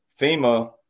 fema